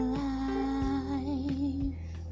life